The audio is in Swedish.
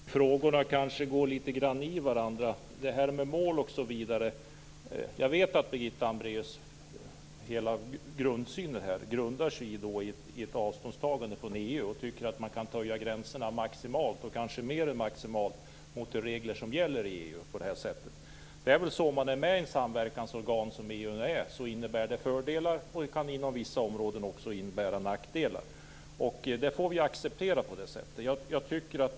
Herr talman! Frågorna kanske går litet grand i varandra när det gäller det här med mål osv. Jag vet att Birgitta Hambraeus hela grundsyn kommer sig av ett avståndstagande mot EU. Hon tycker att man kan töja gränserna maximalt - och kanske mer än maximalt - gentemot de regler som gäller inom EU på det här sättet. Om man nu är med i sådana samverkansorgan som EU innebär det fördelar. Det kan inom vissa områden också innebära nackdelar. Det får vi acceptera.